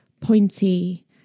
pointy